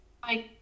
Hi